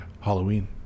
Halloween